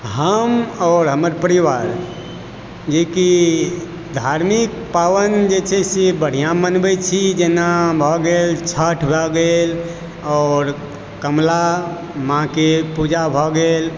हम आओर हमर परिवार जे कि धार्मिक पावनि जे छै से बढिऑं मनबै छी जेना भऽ गेल छठि भऽ गेल आओर कमला माँ के पूजा भऽ गेल